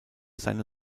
seine